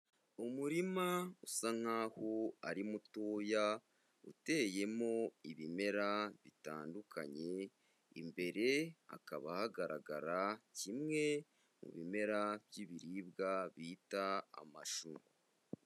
Umurima usa nk'aho ari mutoya uteyemo ibimera bitandukanye, imbere hakaba hagaragara kimwe mu bimera by'ibiribwa bita amashu.